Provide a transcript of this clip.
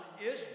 Israel